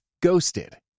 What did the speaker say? Ghosted